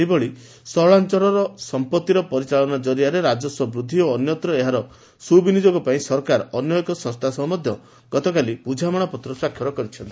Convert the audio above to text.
ସେହିଭଳି ସହରାଅଳର ସମ୍ମଭିର ପରିଚାଳନା କରିଆରେ ରାଜସ୍ୱ ବୃଦ୍ଧି ଓ ଅନ୍ୟତ୍ର ଏହାର ସୁବିନିଯୋଗ ପାଇଁ ସରକାର ଅନ୍ୟ ଏକ ସଂସ୍କା ସହ ମଧ୍ଧ ଗତକାଲି ବୁଝାମଶାପତ୍ର ସ୍ୱାକ୍ଷର କରିଛନ୍ତି